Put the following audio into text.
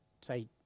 say